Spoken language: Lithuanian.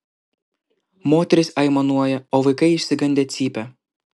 moterys aimanuoja o vaikai išsigandę cypia